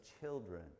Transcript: children